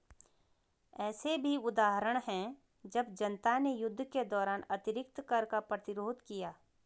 ऐसे भी उदाहरण हैं जब जनता ने युद्ध के दौरान अतिरिक्त कर का प्रतिरोध किया